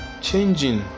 Changing